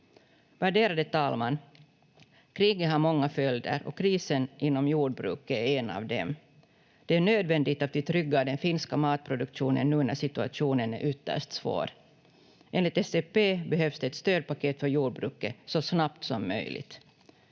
Värderade talman! Kriget har många följder och krisen inom jordbruket är en av dem. Det är nödvändigt att vi tryggar den finska matproduktionen nu när situationen är ytterst svår. Enligt SFP behövs det ett stödpaket för jordbruket så snabbt som möjligt.